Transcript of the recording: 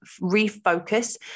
refocus